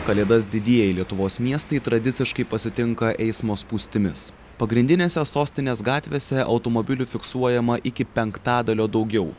kalėdas didieji lietuvos miestai tradiciškai pasitinka eismo spūstimis pagrindinėse sostinės gatvėse automobilių fiksuojama iki penktadalio daugiau